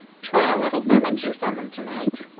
try a little lemon juice on them tonight.